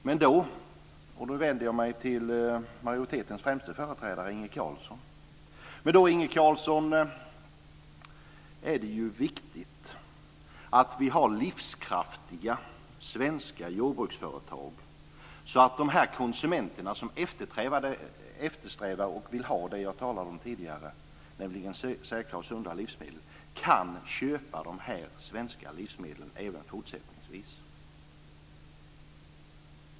Men då Inge Carlsson - jag vänder mig till majoritetens främste företrädare - är det viktigt att vi har livskraftiga svenska jordbruksföretag, så att konsumenterna som eftersträvar och vill ha säkra och sunda livsmedel även fortsättningsvis kan köpa svenska livsmedel.